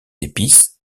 épices